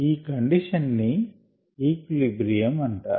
ఈ కండిషన్ ని ఈక్విలిబ్రియం అంటారు